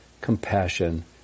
compassion